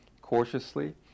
cautiously